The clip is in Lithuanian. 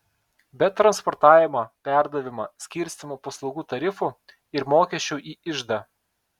be transportavimo perdavimo skirstymo paslaugų tarifų ir mokesčių į iždą